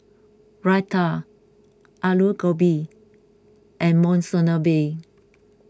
Raita Alu Gobi and Monsunabe